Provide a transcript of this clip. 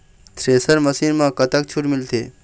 Thresher machine म कतक छूट मिलथे?